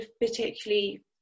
particularly